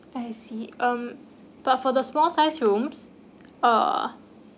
I see um but for the small size rooms uh